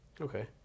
Okay